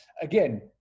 again